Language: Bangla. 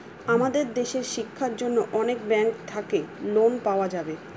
আমাদের দেশের শিক্ষার জন্য অনেক ব্যাঙ্ক থাকে লোন পাওয়া যাবে